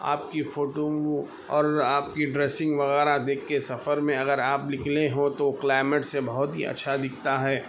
آپ کی فوٹو اور آپ کی ڈریسنگ وغیرہ دیکھ کے سفر میں اگر آپ نکلے ہو تو کلائمیٹ سے بہت ہی اچھا دکھتا ہے